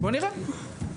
בוא נראה.